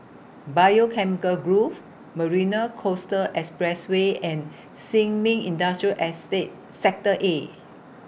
Biochemical Grove Marina Coastal Expressway and Sin Ming Industrial Estate Sector A